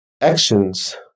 actions